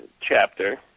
chapter